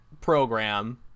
program